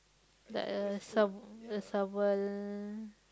like a sub a shovel